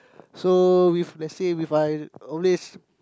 so with let's say if I always